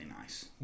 nice